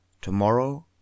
Tomorrow